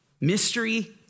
Mystery